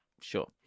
Sure